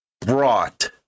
brought